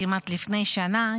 כמעט לפני שנה,